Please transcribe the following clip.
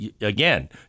again